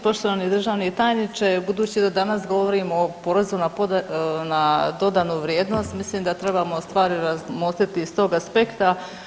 Poštovani državni tajniče, budući danas govorimo o porezu na dodanu vrijednost mislim da trebamo stvari razmotriti iz tog aspekta.